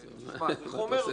עושה צחוק?